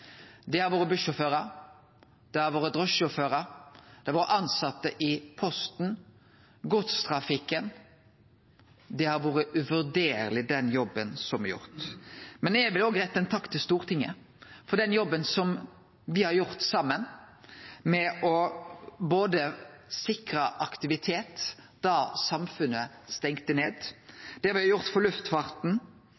Det har vore bussjåførar, det har vore drosjesjåførar, det har vore tilsette i Posten, godstrafikken. Den jobben som er gjort, har vore uvurderleg. Eg vil òg rette ein takk til Stortinget for den jobben som me har gjort saman, både med å sikre aktivitet da samfunnet stengde ned,